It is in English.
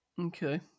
Okay